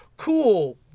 Cool